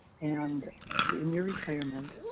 and in your retirement,